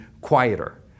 quieter